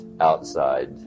outside